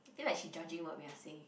I feel like she judging what we are saying